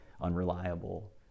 unreliable